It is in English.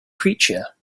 creature